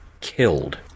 killed